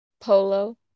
Polo